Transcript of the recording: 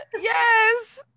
Yes